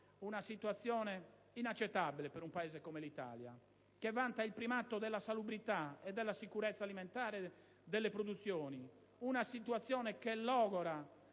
Una situazione inaccettabile per un Paese come l'Italia, che vanta il primato della salubrità e della sicurezza alimentare delle produzioni, una situazione che logora